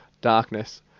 darkness